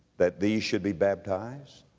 that these should be baptized,